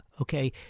okay